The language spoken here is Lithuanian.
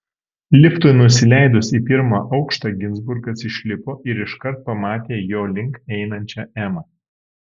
liftui nusileidus į pirmą aukštą ginzburgas išlipo ir iškart pamatė jo link einančią emą